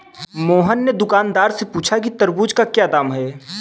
मोहन ने दुकानदार से पूछा कि तरबूज़ का क्या दाम है?